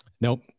Nope